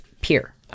peer